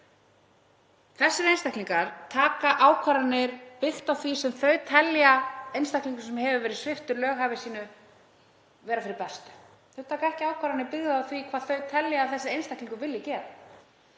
Þessir einstaklingar taka ákvarðanir byggðar á því sem þeir telja einstaklingi, sem sviptur hefur verið löghæfi sínu, vera fyrir bestu. Þeir taka ekki ákvarðanir byggðar á því hvað þeir telja að þessi einstaklingur vilji gera